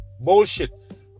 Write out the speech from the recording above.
Bullshit